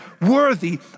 worthy